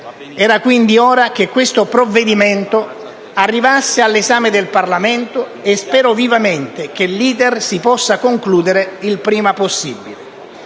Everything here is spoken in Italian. Era quindi ora che questo provvedimento arrivasse all'esame del Parlamento, e spero vivamente che l'*iter* si possa concludere il prima possibile.